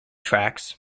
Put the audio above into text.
tracks